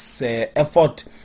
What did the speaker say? effort